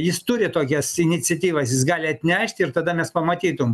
jis turi tokias iniciatyvas jis gali atnešt ir tada mes pamatytum